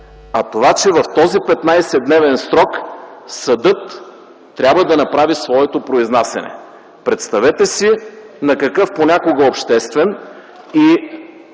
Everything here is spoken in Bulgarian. а това, че в този 15-дневен срок съдът трябва да направи своето произнасяне. Представете си на какъв, понякога обществен и